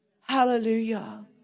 Hallelujah